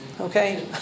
Okay